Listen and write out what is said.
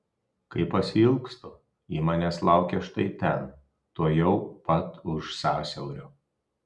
kai pasiilgstu ji manęs laukia štai ten tuojau pat už sąsiaurio